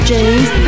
James